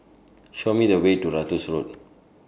Show Me The Way to Ratus Road